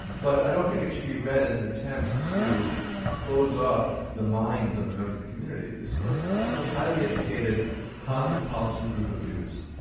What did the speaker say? but i don't think it should be read as an attempt to close off the minds of the members of the community. this was this was a highly educated cosmopolitan group of jews.